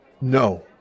No